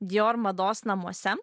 dijor mados namuose